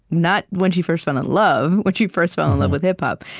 not when she first fell in love when she first fell in love with hip-hop.